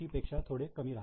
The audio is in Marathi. पेक्षा थोडे कमी राहील